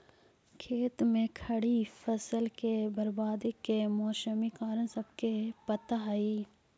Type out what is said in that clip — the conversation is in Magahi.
खेत में खड़ी फसल के बर्बादी के मौसमी कारण सबके पता हइ